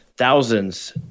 Thousands